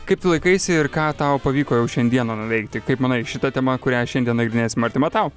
kaip tu laikaisi ir ką tau pavyko jau šiandieną nuveikti kaip manai šita tema kurią šiandien nagrinėsim artima tau